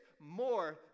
more